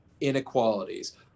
inequalities